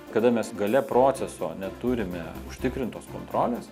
kada mes gale proceso neturime užtikrintos kontrolės